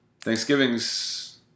thanksgiving's